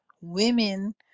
Women